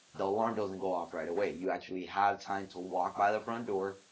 the alarm doesn't go off right away. you actually have time to walk by the front door,